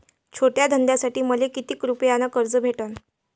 छोट्या धंद्यासाठी मले कितीक रुपयानं कर्ज भेटन?